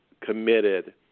committed